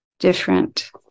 different